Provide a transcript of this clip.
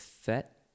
FET